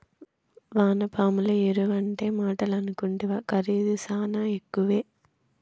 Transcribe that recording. వానపాముల ఎరువంటే మాటలనుకుంటివా ఖరీదు శానా ఎక్కువే